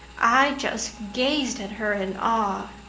i just gazed at her in awe.